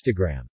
Instagram